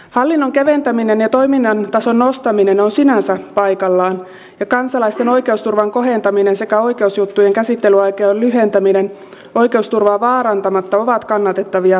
hallinnon keventäminen ja toiminnan tason nostaminen on sinänsä paikallaan ja kansalaisten oikeusturvan kohentaminen sekä oikeusjuttujen käsittelyaikojen lyhentäminen oikeusturvaa vaarantamatta ovat kannatettavia tavoitteita